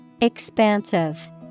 Expansive